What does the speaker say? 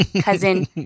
cousin